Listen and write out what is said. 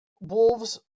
Wolves